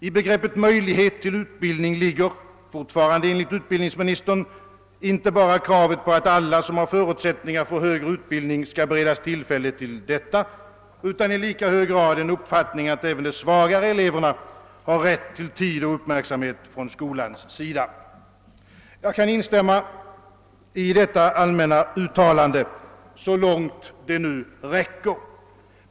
I begreppet möjlighet till utbildning ligger — fortfarande enligt utbildningsministern — inte bara kravet på att alla som har förutsättningar för högre utbildning skall beredas tillfälle till sådan, utan i lika hög grad en uppfattning att även de svagare eleverna har rätt till tid och uppmärksamhet från skolans sida. Jag kan instämma i detta allmänna uttalande så långt det nu räcker.